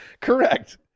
Correct